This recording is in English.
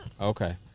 Okay